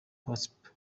hotspur